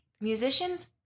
musicians